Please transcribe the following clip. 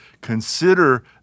consider